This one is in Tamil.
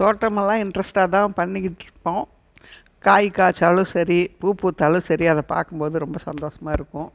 தோட்டமெல்லாம் இன்ட்ரெஸ்ட்டாக தான் பண்ணிக்கிட்டு இருப்போம் காய் காய்ச்சாலும் சரி பூ பூத்தாலும் சரி அதை பார்க்கும்போது ரொம்ப சந்தோஷமா இருக்கும்